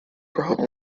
brought